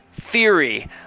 theory